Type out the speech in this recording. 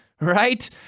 right